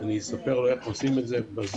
אני אספר לו איך עושים זאת בזום.